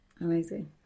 amazing